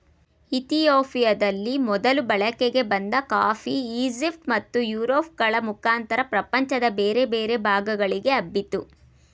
ಇತಿಯೋಪಿಯದಲ್ಲಿ ಮೊದಲು ಬಳಕೆಗೆ ಬಂದ ಕಾಫಿ ಈಜಿಪ್ಟ್ ಮತ್ತು ಯುರೋಪ್ ಗಳ ಮುಖಾಂತರ ಪ್ರಪಂಚದ ಬೇರೆ ಬೇರೆ ಭಾಗಗಳಿಗೆ ಹಬ್ಬಿತು